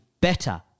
better